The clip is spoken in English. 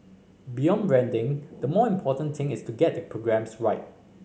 beyond branding the more important thing is to get the programmes right